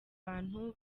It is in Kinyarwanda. abantu